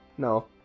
No